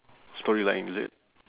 storyline is it